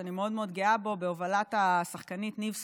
שאני מאוד מאוד גאה בו, בהובלת השחקנית ניב סולטן,